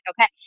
Okay